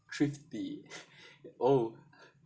thrifty oh